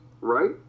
right